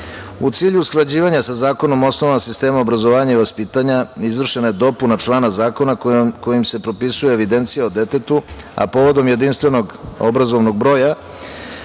cilju usklađivanja sa Zakonom osnovama sistema obrazovanja i vaspitanja, izvršena je dopuna člana zakona kojim se propisuje evidencija o detetu, a povodom Jedinstvenog obrazovnog broja,